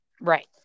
right